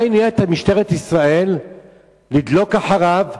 מה הניע את משטרת ישראל לדלוק אחריו,